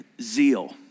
zeal